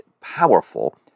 powerful